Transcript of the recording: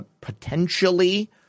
potentially